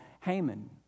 Haman